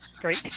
great